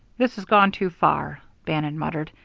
this has gone too far, bannon muttered.